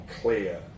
clear